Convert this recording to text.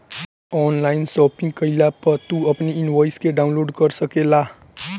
online shopping कईला पअ तू अपनी इनवॉइस के डाउनलोड कअ सकेला